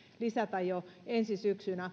lisätä jo ensi syksynä